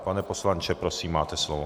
Pane poslanče, prosím, máte slovo.